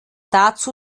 dazu